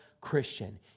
Christian